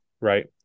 Right